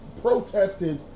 protested